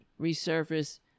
resurface